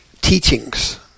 teachings